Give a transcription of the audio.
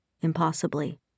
impossibly